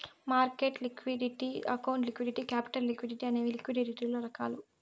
market liquidity account liquidity capital liquidity అనేవి లిక్విడిటీలలో రకాలు